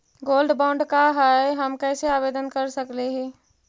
Gold bond का है, हम कैसे आवेदन कर सकली ही?